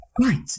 right